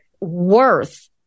worth